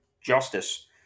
justice